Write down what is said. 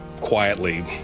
quietly